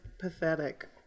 pathetic